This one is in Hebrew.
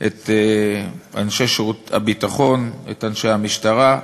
את אנשי שירות הביטחון, את אנשי המשטרה,